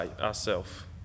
ourself